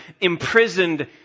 imprisoned